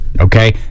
Okay